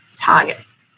targets